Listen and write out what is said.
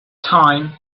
time